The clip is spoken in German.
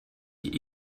die